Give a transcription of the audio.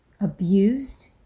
abused